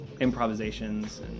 improvisations